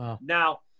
Now